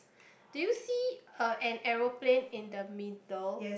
do you see uh an aeroplane in the middle